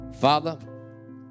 Father